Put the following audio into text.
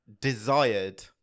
desired